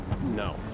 no